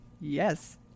yes